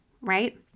right